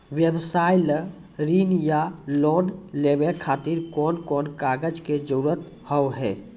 व्यवसाय ला ऋण या लोन लेवे खातिर कौन कौन कागज के जरूरत हाव हाय?